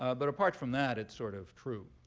ah but apart from that, it's sort of true.